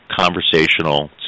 conversational